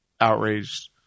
outraged